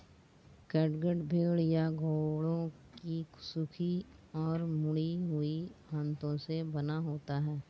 catgut भेड़ या घोड़ों की सूखी और मुड़ी हुई आंतों से बना होता है